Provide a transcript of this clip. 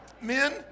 Men